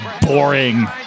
boring